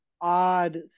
odd